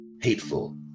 hateful